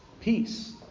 peace